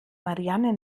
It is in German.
marianne